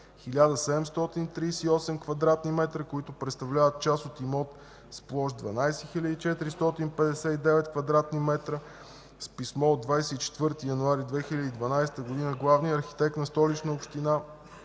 1738 кв. м, които представляват част от имот с площ 12 459 кв. м. С писмо от 24 януари 2012 г. главният архитект на Столична община